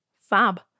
Fab